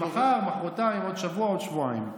אם זה מחר, מוחרתיים, עוד שבוע, עוד שבועיים.